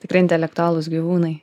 tikrai intelektualūs gyvūnai